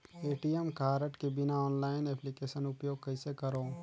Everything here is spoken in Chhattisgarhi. ए.टी.एम कारड के बिना ऑनलाइन एप्लिकेशन उपयोग कइसे करो?